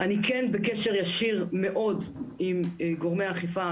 כן בקשר ישיר מאוד עם גורמי האכיפה,